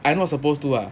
I not supposed to ah